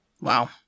Wow